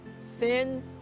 Sin